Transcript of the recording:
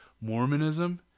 Mormonism